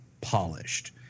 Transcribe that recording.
polished